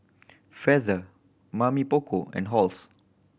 Feather Mamy Poko and Halls